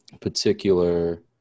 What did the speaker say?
particular